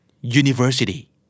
University